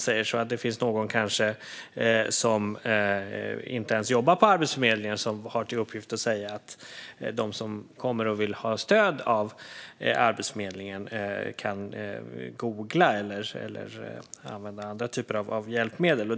Det finns kanske någon som inte ens jobbar på Arbetsförmedlingen som har till uppgift att säga att de som kommer och vill ha stöd av Arbetsförmedlingen kan googla eller använda andra typer av hjälpmedel.